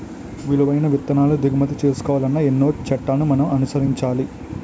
విలువైన విత్తనాలు దిగుమతి చేసుకోవాలన్నా ఎన్నో చట్టాలను మనం అనుసరించాలి